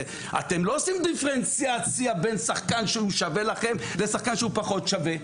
אתם לא עושים דיפרנציאציה בין שחקן שהוא שווה לכם לשחק שהוא פחות שווה,